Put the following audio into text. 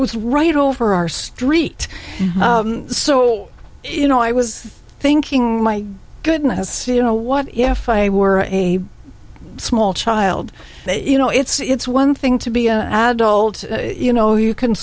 was right over our street so you know i was thinking my goodness you know what if i were a small child you know it's one thing to be an adult you know you can